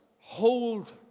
hold